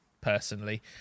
personally